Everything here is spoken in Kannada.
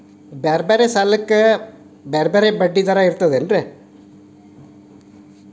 ಬೇರೆ ಬೇರೆ ಸಾಲಕ್ಕ ಬಡ್ಡಿ ದರಾ ಬೇರೆ ಬೇರೆ ಇರ್ತದಾ?